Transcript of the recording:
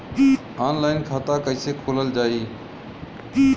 Online खाता कईसे खोलल जाई?